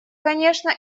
конечно